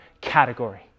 category